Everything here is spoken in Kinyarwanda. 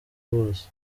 bose